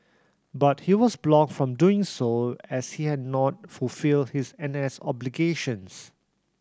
but he was blocked from doing so as he had not fulfilled his N S obligations